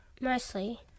Mostly